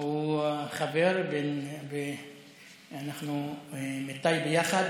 הוא חבר, אנחנו מטייבה, יחד.